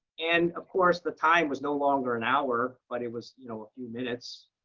and of course, the time was no longer an hour, but it was you know a few minutes.